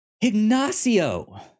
Ignacio